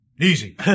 Easy